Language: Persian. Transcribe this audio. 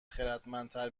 خردمندتر